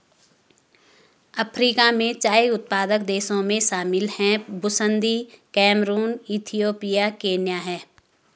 Africa में चाय उत्पादक देशों में शामिल हैं बुसन्दी कैमरून इथियोपिया केन्या है